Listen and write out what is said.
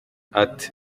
ati